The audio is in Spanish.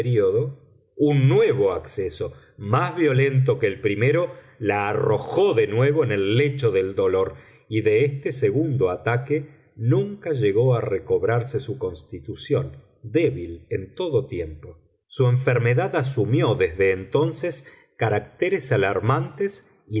un nuevo acceso más violento que el primero la arrojó de nuevo en el lecho del dolor y de este segundo ataque nunca llegó a recobrarse su constitución débil en todo tiempo su enfermedad asumió desde entonces caracteres alarmantes